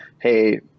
Hey